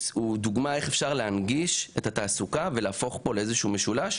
דוגמה איך אפשר להנגיש את התעסוקה ולהפוך פה לאיזה שהוא משולש.